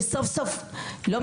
שסוף סוף קם,